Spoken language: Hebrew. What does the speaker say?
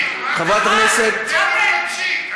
תן ליואב להמשיך.